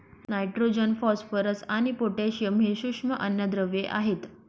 nitrogen, phosphorus आणि potassium हे सूक्ष्म अन्नद्रव्ये आहेत